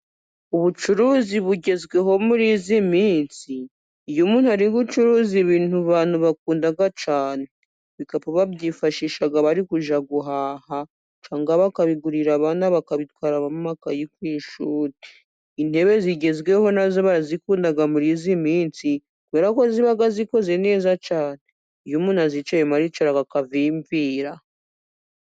Ubucuruzi bugezweho muri iyi minsi iyo umuntu ari gucuruza ibintu abantu bakunda cyane. Ibikapu babyifashisha bari kujya guhaha cyangwa bakabigurira abana bakabitwaramo amakayi ku ishuri. Intebe zigezweho nazo barazikunda muri iyi minsi kubera ko ziba zikoze neza cyane iyo umuntu azicayemo aricara akavimvira.